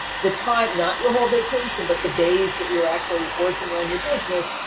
the time, not your whole vacation, but the days that you're actually working on your business,